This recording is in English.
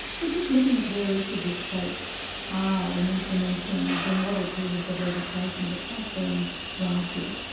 so just looking at where each of the states are in implementing the model pieces of legislation that have been drafted,